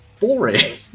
boring